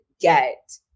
get